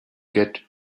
get